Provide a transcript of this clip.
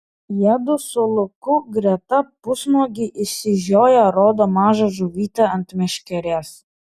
jiedu su luku greta pusnuogiai išsižioję rodo mažą žuvytę ant meškerės